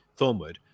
Thornwood